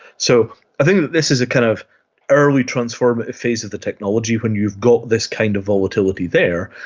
so i think that this is a kind of early transformative phase of the technology when you've got this kind of volatility there,